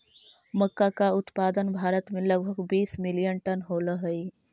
मक्का का उत्पादन भारत में लगभग बीस मिलियन टन होलई